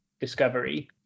discovery